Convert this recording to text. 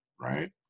right